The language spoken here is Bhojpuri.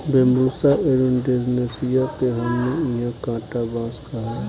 बैम्बुसा एरुण्डीनेसीया के हमनी इन्हा कांटा बांस कहाला